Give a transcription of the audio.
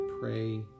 pray